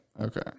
okay